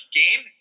game